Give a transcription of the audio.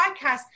podcast